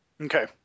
Okay